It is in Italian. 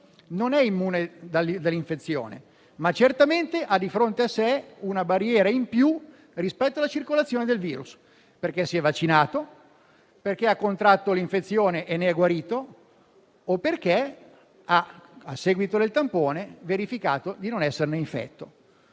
non è immune dall'infezione, ma certamente ha di fronte a sé una barriera in più rispetto alla circolazione del virus, perché si è vaccinato, perché ha contratto l'infezione e ne è guarito o perché, a seguito del tampone, ha verificato di non esserne infetto.